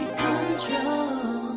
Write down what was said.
control